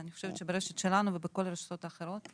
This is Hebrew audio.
אני חושבת שברשת שלנו ובכל הרשתות האחרות.